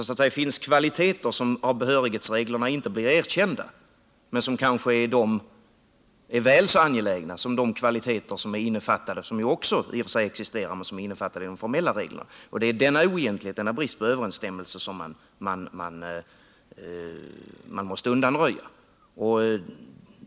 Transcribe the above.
Det finns kvaliteter som inte blir erkända av behörighetsreglerna men som kanske är väl så angelägna som de i och för sig existerande kvaliteter som är innefattade av de formella reglerna. Det är denna oegentlighet, denna brist på överensstämmelse som man måste undanröja.